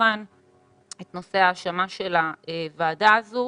מהשולחן את נושא ההאשמה של הוועדה הזו.